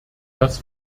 das